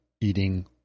eating